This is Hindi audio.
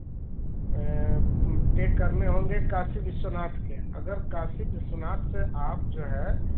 पैक करने होंगे काशी विश्वनाथ के अगर काशी विश्वनाथ से आप जो हैं